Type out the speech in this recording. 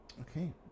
Okay